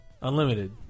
Unlimited